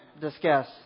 Discuss